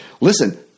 listen